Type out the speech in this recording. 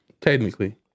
Technically